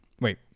Wait